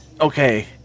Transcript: Okay